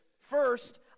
first